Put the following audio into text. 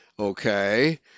Okay